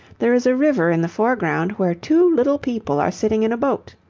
there is a river in the foreground where two little people are sitting in a boat.